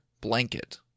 blanket